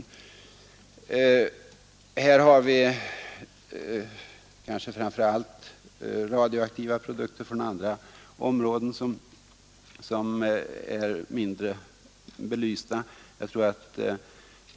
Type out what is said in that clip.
Nu har vi väl framför allt radioaktiva produkter från andra områden som är mindre belysta.